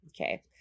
okay